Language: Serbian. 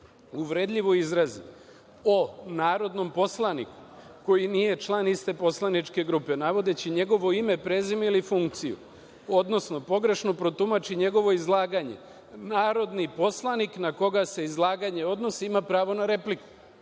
uvredljivo izrazi o narodnom poslaniku koji nije član iste poslaničke grupe, navodeći njegovo ime, prezime ili funkciju, odnosno pogrešno protumači njegovo izlaganje, narodni poslanik na koga se izlaganje odnosi ima pravo na repliku.